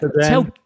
tell